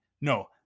No